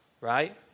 right